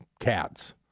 cats